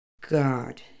God